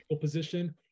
position